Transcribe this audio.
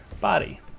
body